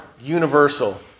universal